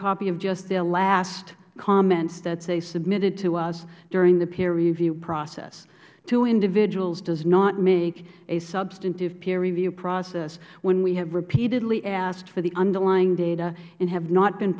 copy of just their last comments that they submitted to us during the peer review process two individuals does not make a substantive peer review process when we have repeatedly asked for the underlying data and have not been